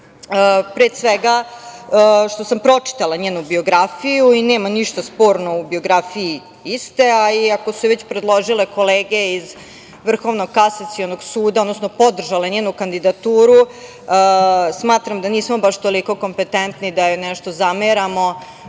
pre svega što sam pročitala njenu biografiju i nema ništa sporno u biografiji iste, a i ako su je već predložile kolege iz Vrhovnog kasacionog suda, odnosno podržale njenu kandidaturu, smatram da nismo baš toliko kompetentni da joj nešto zameramo